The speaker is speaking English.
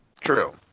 True